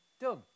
done